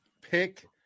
pick